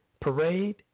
Parade